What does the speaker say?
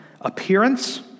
appearance